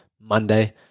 Monday